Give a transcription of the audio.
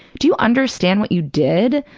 do you understand what you did?